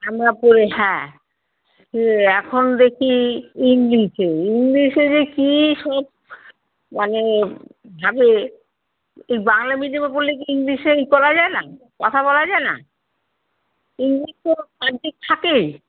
আমরা পড়ে হ্যাঁ ইয়ে এখন দেখি ইংলিশে ইংলিশে যে কী সব মানে ভাবে বাংলা মিডিয়ামে পড়লে কি ইংলিশে ই করা যায় না কথা বলা যায় না ইংলিশ তো সাবজেক্ট থাকেই